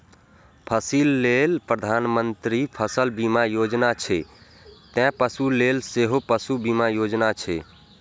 फसिल लेल प्रधानमंत्री फसल बीमा योजना छै, ते पशु लेल सेहो पशु बीमा योजना छै